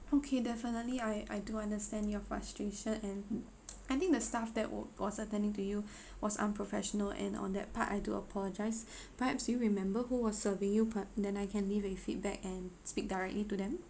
okay definitely I I do understand your frustration and I think the staff that wa~ was attending to you was unprofessional and on that part I do apologise perhaps do you remember who was serving you per~ then I can leave a feedback and speak directly to them